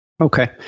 okay